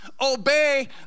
obey